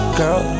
girl